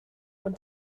ond